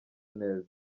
neza